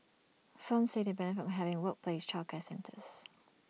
firms said they benefit from having workplace childcare centres